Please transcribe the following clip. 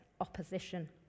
opposition